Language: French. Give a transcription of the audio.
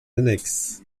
annexe